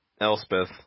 Elspeth